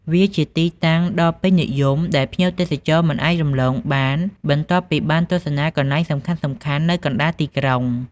វាជាទីតាំងដ៏ពេញនិយម ដែលភ្ញៀវទេសចរមិនអាចរំលងបាន បន្ទាប់ពីបានទស្សនាកន្លែងសំខាន់ៗនៅកណ្តាលក្រុង។